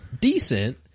decent